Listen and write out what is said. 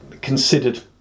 considered